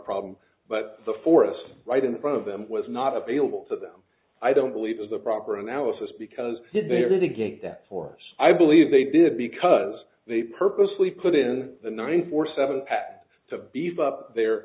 problem but the forest right in front of them was not available to them i don't believe the proper analysis because there is a gate that for us i believe they did because they purposely put in the nine four seven pat to beef up their